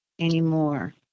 anymore